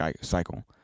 cycle